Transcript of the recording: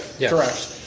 Correct